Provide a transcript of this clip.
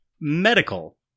medical